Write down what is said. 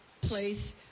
place